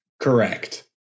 Correct